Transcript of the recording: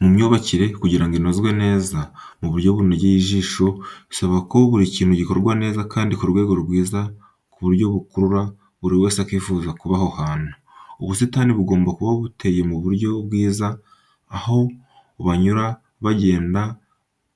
Mu myubakire kugira ngo inozwe neza mu buryo bunogeye ijisho bisaba ko buri kintu gikorwa neza kandi ku rugero rwiza ku buryo bukurura buri wese akifuza kuba aho hantu. Ubusitani bugomba kuba buteye mu buryo bwiza, aho banyura bagenda